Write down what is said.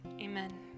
amen